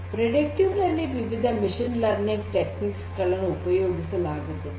ಮುನ್ಸೂಚಕನಲ್ಲಿ ವಿವಿಧ machine learning techniques ಗಳನ್ನು ಉಪಯೋಗಿಸಲಾಗುತ್ತದೆ